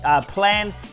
plan